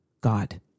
God